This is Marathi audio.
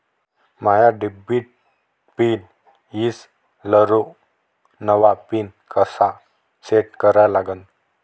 माया डेबिट पिन ईसरलो, नवा पिन कसा सेट करा लागन?